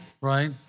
right